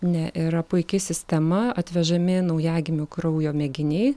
ne yra puiki sistema atvežami naujagimių kraujo mėginiai